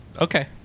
Okay